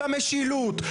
במשילות,